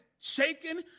shaking